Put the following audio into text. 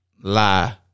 lie